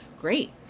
great